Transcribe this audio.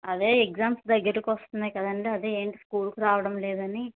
అదే ఎగ్జామ్స్ దగ్గరకు వస్తున్నాయి కదండీ అదే ఏంటి స్కూల్కి రావడం లేదని